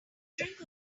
drink